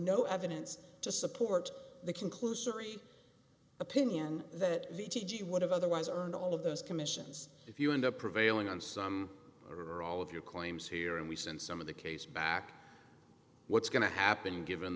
no evidence to support the conclusory opinion that the t g would have otherwise earned all of those commissions if you end up prevailing on some or all of your claims here and we send some of the case back what's going to happen given